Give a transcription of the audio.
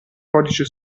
codice